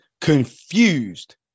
confused